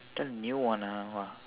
the new one ah !wah!